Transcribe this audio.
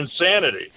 insanity